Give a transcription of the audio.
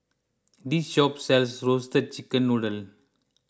this shop sells Roasted Chicken Noodle